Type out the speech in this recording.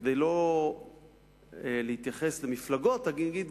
וכדי לא להתייחס למפלגות אגיד,